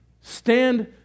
stand